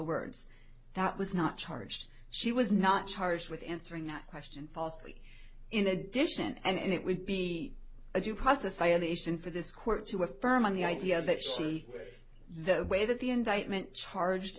words that was not charged she was not charged with answering that question possibly in addition and it would be a due process alienation for this court to affirm the idea that she the way that the indictment charged